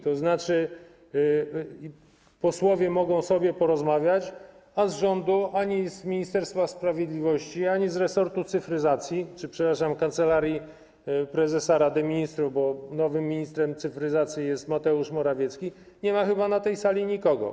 To znaczy posłowie mogą sobie porozmawiać, a z rządu ani z Ministerstwa Sprawiedliwość, ani z resortu cyfryzacji czy, przepraszam, Kancelarii Prezesa Rady Ministrów, bo nowym ministrem cyfryzacji jest Mateusz Morawiecki, nie ma chyba na tej sali nikogo.